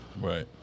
Right